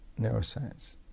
neuroscience